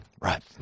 Right